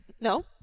no